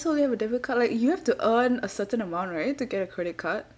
also only have a debit card like you have to earn a certain amount right to get a credit card